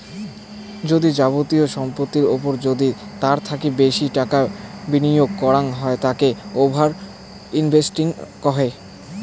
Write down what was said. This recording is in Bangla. যদি যাবতীয় সম্পত্তির ওপর যদি তার থাকি বেশি টাকা বিনিয়োগ করাঙ হই তাকে ওভার ইনভেস্টিং কহু